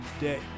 day